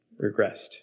regressed